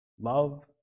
Love